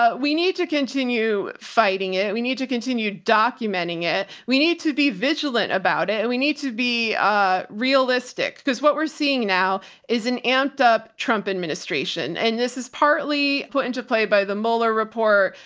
ah we need to continue fighting it. we need to continue documenting it. we need to be vigilant about it and we need to be ah realistic because what we're seeing now is an amped up trump administration, and this is partly put into play by the mueller report,